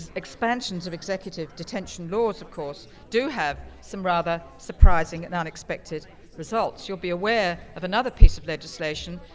ah expansions of executive detention laws, of course, do have some rather surprising and unexpected results. you'll be aware of another piece of legislation,